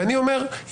ואני אומר,